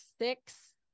six